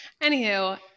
Anywho